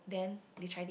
then they tried it